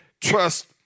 trust